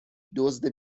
دزد